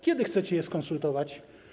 Kiedy chcecie jest skonsultować?